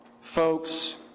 Folks